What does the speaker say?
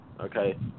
Okay